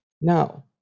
no